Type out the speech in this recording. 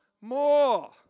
more